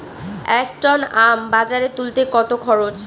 এক টন আম বাজারে তুলতে কত খরচ?